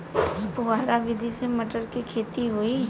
फुहरा विधि से मटर के खेती होई